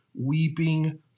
weeping